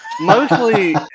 Mostly